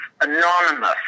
anonymous